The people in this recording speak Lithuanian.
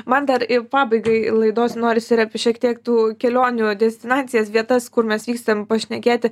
man dar ir pabaigai laidos norisi ir apie šiek tiek tų kelionių destinacijas vietas kur mes vykstam pašnekėti